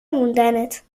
موندنت